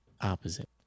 opposite